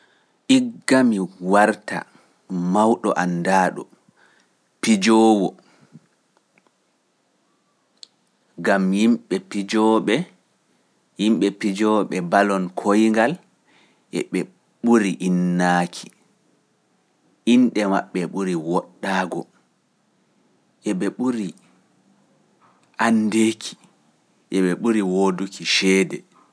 Igga mi warta mawɗo anndaaɗo pijoowo, gam yimɓe pijooɓe bol koyngal e ɓe ɓuri innaaki, inɗe maɓɓe ɓuri woɗɗaago, e ɓe ɓuri anndeeki, e ɓe ɓuri wooduki ceede.